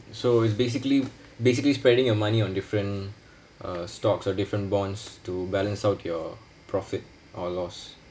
so it's basically basically spending your money on different uh stocks or different bonds to balance out your profit or loss